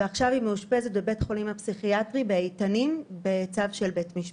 ועכשיו היא מאושפזת בבית החולים הפסיכיאטרי באיתנים בצו של בית משפט.